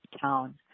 town